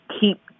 keep